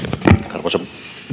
arvoisa